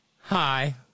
Hi